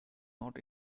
not